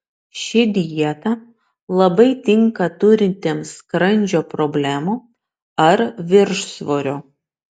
ši dieta labai tinka turintiems skrandžio problemų ar viršsvorio